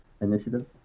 initiative